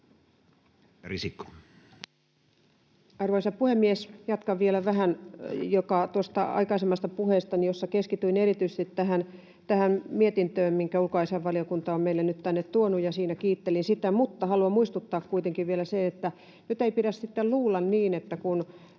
Arvoisa puhemies! Jatkan vielä vähän tuosta aikaisemmasta puheestani, jossa keskityin erityisesti tähän mietintöön, minkä ulkoasiainvaliokunta on meille nyt tänne tuonut, ja siinä kiittelin sitä. Mutta haluan muistuttaa kuitenkin vielä siitä, että nyt ei pidä sitten luulla, että jos